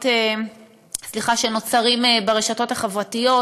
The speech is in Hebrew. שנוצרים ברשתות החברתיות,